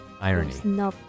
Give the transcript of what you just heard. Irony